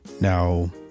Now